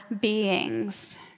beings